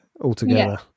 altogether